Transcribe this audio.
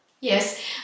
Yes